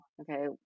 okay